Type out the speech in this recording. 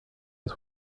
his